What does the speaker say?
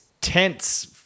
tense